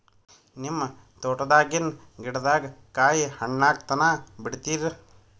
ನಿಮ್ಮ ತೋಟದಾಗಿನ್ ಗಿಡದಾಗ ಕಾಯಿ ಹಣ್ಣಾಗ ತನಾ ಬಿಡತೀರ?